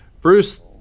Bruce